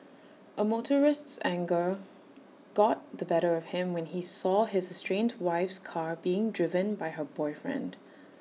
A motorist's anger got the better of him when he saw his estranged wife's car being driven by her boyfriend